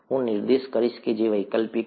હું નિર્દેશ કરીશ કે જે વૈકલ્પિક છે